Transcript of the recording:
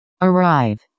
Arrive